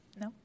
No